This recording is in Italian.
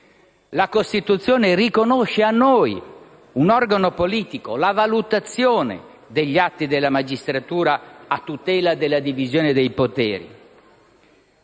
La Costituzione riconosce a noi, un organo politico, la valutazione degli atti della magistratura a tutela della divisione dei poteri.